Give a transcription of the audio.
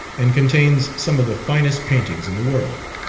and contains some of the finest paintings in the world.